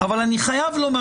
אבל אני חייב לומר,